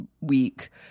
week